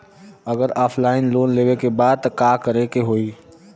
अगर offline loan लेवे के बा त का करे के होयी?